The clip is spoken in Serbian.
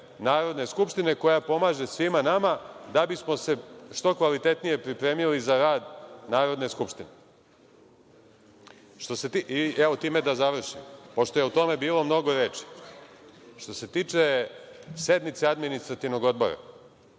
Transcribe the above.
Narodne skupštine koja pomaže svima nama da bi smo se što kvalitetnije pripremili za rad Narodne skupštine. I evo time da završim. Pošto je o tome bilo mnogo reči. Što se tiče sednice Administrativnog odbora,